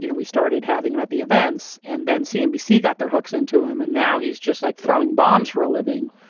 you know we started having him at the events. and then cnbc got their hooks into him, and now he's just like throwing bombs for a living.